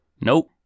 Nope